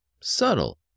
subtle